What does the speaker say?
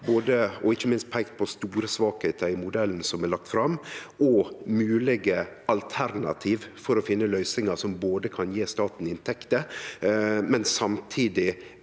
har dei peika på store svakheiter i modellen som er lagd fram, og moglege alternativ for å finne løysingar som både kan gje staten inntekter og samtidig